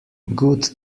good